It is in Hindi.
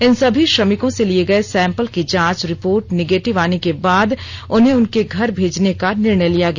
इन सभी श्रमिकों से लिए गए सैंपल की जांच रिपोर्ट निंगेटिव आने के बाद उन्हें उनके घर भेजने का निर्णय लिया गया